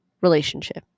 relationship